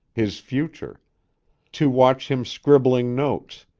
his future to watch him scribbling notes,